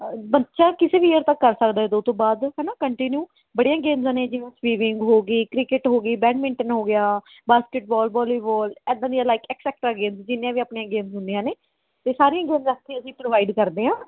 ਬੱਚਾ ਕਿਸੇ ਵੀ ਈਅਰ ਤੱਕ ਕਰ ਸਕਦਾ ਦੋ ਤੋਂ ਬਾਅਦ ਹੈ ਨਾ ਕੰਟੀਨਿਊ ਬੜੀਆ ਗੇਮਜ਼ ਨੇ ਜਿਵੇਂ ਸਵੀਮਿੰਗ ਹੋਗੀ ਕ੍ਰਿਕਟ ਹੋਗੀ ਬੈਡਮਿੰਟਨ ਹੋਗਿਆ ਬਾਸਕਟਵਾਲ ਵਾਲੀਬਾਲ ਇੱਦਾਂ ਦੀਆਂ ਲਾਈਕ ਐਕਸਟਰਾ ਐਕਸਟਰਾ ਗੇਮਜ਼ ਜਿੰਨੀਆਂ ਵੀ ਆਪਣੀਆਂ ਗੇਮਜ਼ ਹੁੰਦੀਆਂ ਨੇ ਅਤੇ ਸਾਰੀਆਂ ਈ ਗੇਮਜ਼ ਆਂ ਅਤੇ ਅਸੀਂ ਪ੍ਰੋਵਾਈਡ ਕਰਦੇ ਹਾਂ